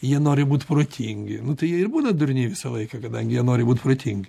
jie nori būt protingi nu tai jie ir būna durniai visą laiką kadangi jie nori būt protingi